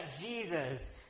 Jesus